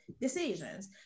decisions